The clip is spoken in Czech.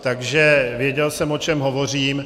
Takže věděl jsem, o čem hovořím.